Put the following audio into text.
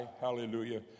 hallelujah